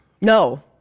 No